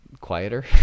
quieter